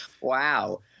Wow